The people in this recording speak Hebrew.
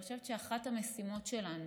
אני חושבת שאחת המשימות שלנו,